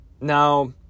Now